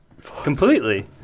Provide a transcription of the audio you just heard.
Completely